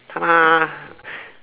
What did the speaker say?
tada